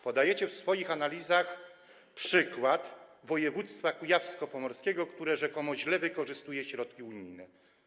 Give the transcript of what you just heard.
Podajecie w swoich analizach przykład województwa kujawsko-pomorskiego, które rzekomo źle wykorzystuje środki unijne.